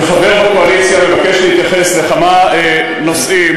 כחבר בקואליציה אני מבקש להתייחס לכמה נושאים,